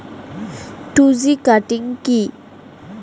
Two G cutting কি?